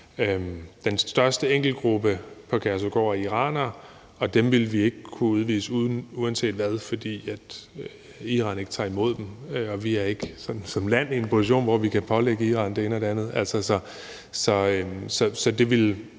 Den største enkeltgruppe på Kærshovedgård er iranere, og dem ville vi ikke kunne udvise uanset hvad, fordi Iran ikke tager imod dem. Og vi er ikke som land i en position, hvor vi kan pålægge i Iran det ene og det andet.